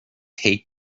hate